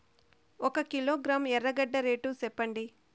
ఒక కిలోగ్రాము ఎర్రగడ్డ రేటు సెప్పండి?